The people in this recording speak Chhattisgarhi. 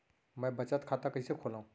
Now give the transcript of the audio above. मै बचत खाता कईसे खोलव?